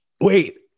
Wait